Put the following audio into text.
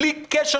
בלי קשר,